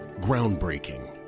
Groundbreaking